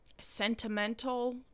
sentimental